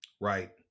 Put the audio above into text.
Right